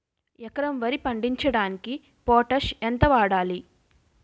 ఎకరం వరి పండించటానికి పొటాష్ ఎంత వాడాలి?